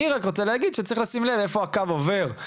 אני רק רוצה להגיד שצריך לשים לב איפה הקו עובר,